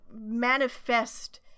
manifest